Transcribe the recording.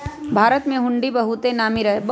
भारत में हुंडी बहुते नामी रहै